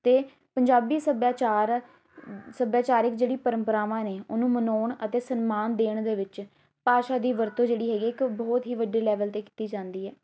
ਅਤੇ ਪੰਜਾਬੀ ਸੱਭਿਆਚਾਰ ਸੱਭਿਆਚਾਰਕ ਜਿਹੜੀ ਪਰੰਪਰਾਵਾਂ ਨੇ ਉਹਨੂੰ ਮਨਾਉਣ ਅਤੇ ਸਨਮਾਨ ਦੇਣ ਦੇ ਵਿੱਚ ਭਾਸ਼ਾ ਦੀ ਵਰਤੋਂ ਜਿਹੜੀ ਹੈਗੀ ਇੱਕ ਬਹੁਤ ਹੀ ਵੱਡੇ ਲੈਵਲ 'ਤੇ ਕੀਤੀ ਜਾਂਦੀ ਹੈ